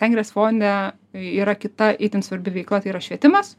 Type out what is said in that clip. sengirės fone yra kita itin svarbi veikla tai yra švietimas